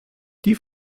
die